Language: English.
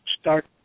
start